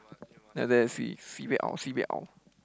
then after that I see sibei sibei